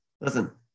Listen